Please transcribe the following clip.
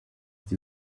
die